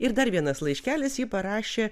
ir dar vienas laiškelis ji parašė